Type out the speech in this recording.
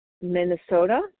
Minnesota